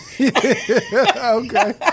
Okay